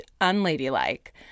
unladylike